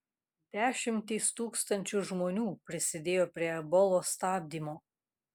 dešimtys tūkstančių žmonių prisidėjo prie ebolos stabdymo